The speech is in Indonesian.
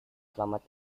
selamat